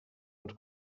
ens